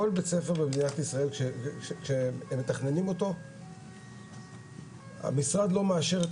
כל בית-ספר במדינת ישראל שמתכננים אותו המשרד לא מאשר את